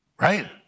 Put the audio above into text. Right